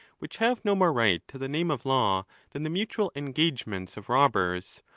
which have no more right to the name of law than the mutual engagements of robbers,